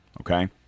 okay